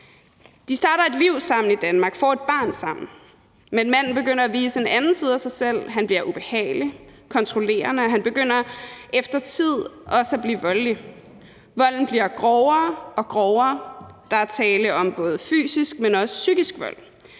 De starter et liv sammen i Danmark og får et barn sammen, men manden begynder at vise en anden side af sig selv. Han bliver ubehagelig, kontrollerende, og han begynder efter noget tid også at blive voldelig. Volden bliver grovere og grovere, og der er tale om både fysisk vold, men også psykisk vold.